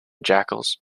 jackals